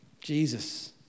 Jesus